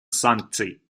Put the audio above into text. санкций